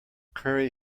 curry